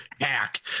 hack